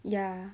ya